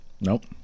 Nope